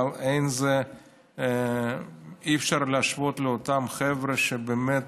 אבל אי-אפשר להשוות לאותם חבר'ה שבאמת